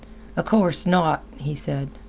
a course not, he said.